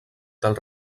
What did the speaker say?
tal